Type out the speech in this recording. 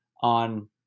on